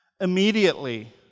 Immediately